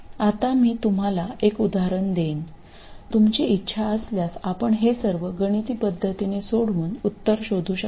आता मी तुम्हाला एक उदाहरण देईन तुमची इच्छा असल्यास आपण हे सर्व गणिती पद्धतीने सोडवून उत्तर शोधू शकता